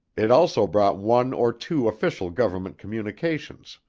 it also brought one or two official government communications,